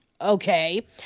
Okay